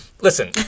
listen